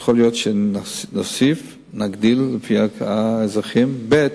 יכול להיות שנוסיף, לפי מספר האזרחים, ב.